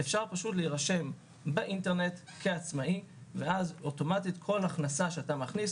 אפשר פשוט להירשם באינטרנט כעצמאי ואז כל הכנסה שאתה מכניס